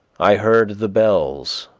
i heard the bells,